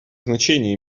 значение